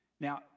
Now